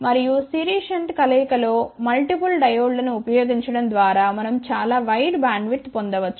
మరియు series shunt కలయిక లో మల్టిపుల్ డయోడ్లను ఉపయోగించడం ద్వారా మనం చాలా వైడ్ బ్యాండ్విడ్త్ పొందవచ్చు